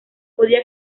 podía